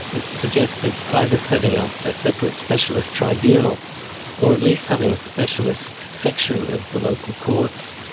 it suggested either setting up a separate specialist tribunal or at least having a specialist section of the local courts,